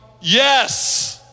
Yes